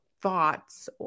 thoughts